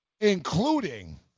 including